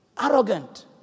arrogant